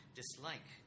dislike